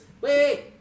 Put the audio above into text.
wait